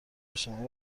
اجتماعی